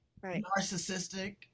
narcissistic